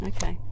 Okay